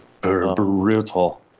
brutal